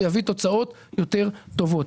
כך הוא יביא תוצאות יותר טובות.